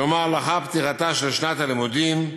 כלומר לאחר פתיחתה של שנת הלימודים,